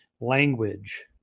language